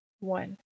One